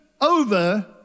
over